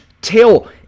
tail